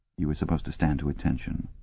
you were supposed to stand to attention.